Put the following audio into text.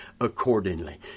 accordingly